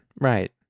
right